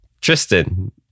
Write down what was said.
Tristan